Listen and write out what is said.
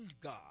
God